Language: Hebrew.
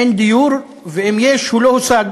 אין דיור, ואם יש, הוא לא הושג.